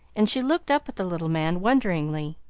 and she looked up at the little man wonderingly.